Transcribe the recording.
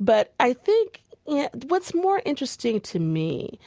but i think, and yeah what's more interesting to me